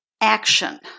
action